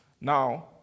Now